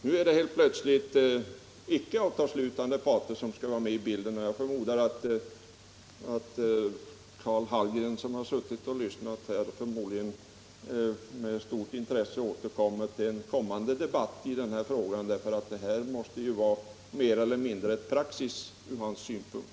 Nu är det helt plötsligt icke avtalsslutande parter som skall vara med i bilden. Jag förmodar att Karl Hallgren, som har suttit och lyssnat här, med stort intresse återkommer till en senare debatt i den här frågan, eftersom detta förfarande ju måste vara mer eller mindre praxis ur hans synpunkt.